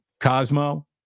Cosmo